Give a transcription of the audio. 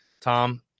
Tom